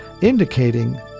Indicating